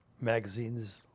magazines